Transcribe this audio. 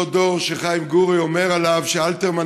אותו דור שחיים גורי אומר עליו שאלתרמן